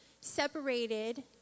separated